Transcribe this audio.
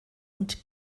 und